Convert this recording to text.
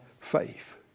faith